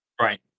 Right